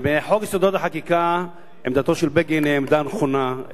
בחוק-יסוד: החקיקה עמדתו של בגין היא העמדה הנכונה,